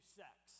sex